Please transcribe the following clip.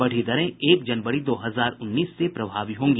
बढ़ी दरें एक जनवरी दो हजार उन्नीस से प्रभावी होंगी